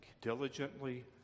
diligently